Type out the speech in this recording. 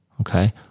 okay